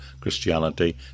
Christianity